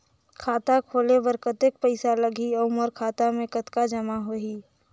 खाता खोले बर कतेक पइसा लगही? अउ मोर खाता मे कतका जमा होही?